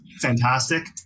fantastic